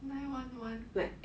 nine one one